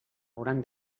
hauran